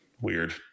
Weird